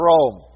Rome